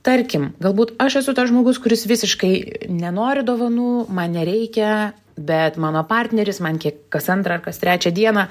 tarkim galbūt aš esu tas žmogus kuris visiškai nenori dovanų man nereikia bet mano partneris man kiek kas antrą ar kas trečią dieną